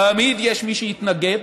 תמיד יש מי שיתנגד.